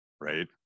right